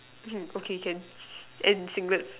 okay can and singlet